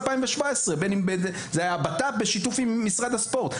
זה היה משרד הבט"פ בשיתוף עם משרד הספורט.